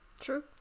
True